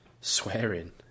swearing